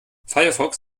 firefox